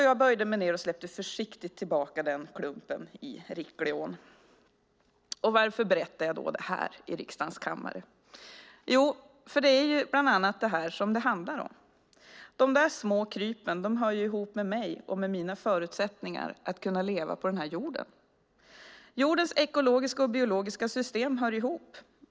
Jag böjde mig ned och släppte försiktigt tillbaka den klumpen i Rickleån. Varför berättar jag då det här i riksdagens kammare? Jo, det är bland annat det här som det handlar om. De där små krypen hör ju ihop med mig och med mina förutsättningar att leva på den här jorden. Jordens ekologiska och biologiska system hör ihop.